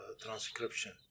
transcription